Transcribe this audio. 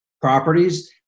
properties